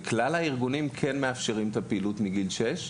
כאשר כלל הארגונים כן מאפשרים את הפעילות מגיל שש.